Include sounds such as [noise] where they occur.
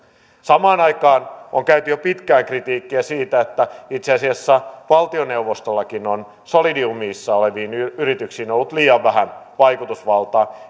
samaan aikaan on esitetty jo pitkään kritiikkiä siitä että itse asiassa valtioneuvostollakin on solidiumissa oleviin yrityksiin ollut liian vähän vaikutusvaltaa [unintelligible]